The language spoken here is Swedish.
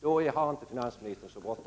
då har finansminister inte så bråttom.